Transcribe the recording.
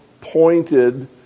pointed